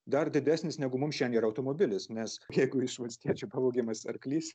dar didesnis negu mums šiandie yra automobilis nes jeigu iš valstiečių pavogiamas arklys